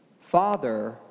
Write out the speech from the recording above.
Father